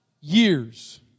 years